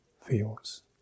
feels